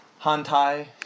Hantai